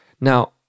Now